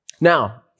Now